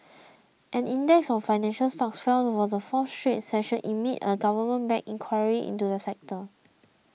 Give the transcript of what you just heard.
an index of financial stocks fell for the fourth straight session amid a government backed inquiry into the sector